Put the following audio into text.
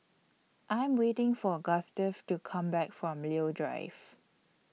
I Am waiting For Gustave to Come Back from Leo Drive